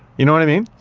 you know what i mean?